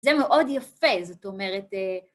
זה מאוד יפה, זאת אומרת...